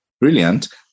Brilliant